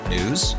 News